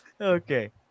Okay